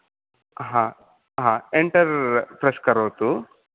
हा हा enter press करोतु